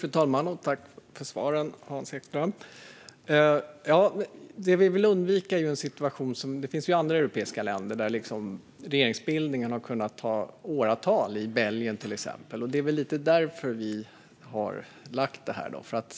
Fru talman! Tack för svaret, Hans Ekström! Det vi vill undvika är en situation som vi sett i andra europeiska länder. Det finns länder, till exempel Belgien, där regeringsbildningen har tagit år. Det är lite av detta skäl som vi har lagt fram vårt förslag.